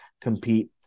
compete